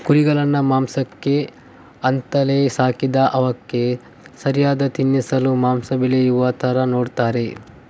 ಕುರಿಗಳನ್ನ ಮಾಂಸಕ್ಕೆ ಅಂತಲೇ ಸಾಕಿದಾಗ ಅವಕ್ಕೆ ಸರಿಯಾಗಿ ತಿನ್ನಿಸಿ ಮಾಂಸ ಬೆಳೆಯುವ ತರ ನೋಡ್ತಾರೆ